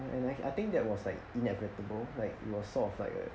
and I I think that was like inevitable like was sort of like a